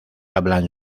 hablan